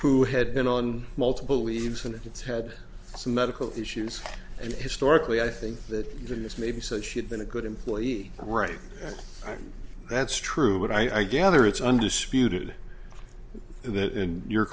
who had been on multiple leaves and it's had some medical issues and historically i think that even this maybe said she had been a good employee right that's true but i gather it's undisputed that in your